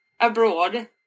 abroad